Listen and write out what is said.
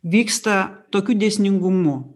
vyksta tokiu dėsningumu